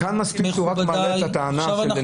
כאן הוא מעלה את הטענה לנושא חדש.